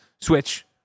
switch